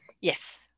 Yes